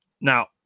Now